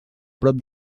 prop